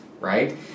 right